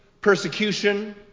persecution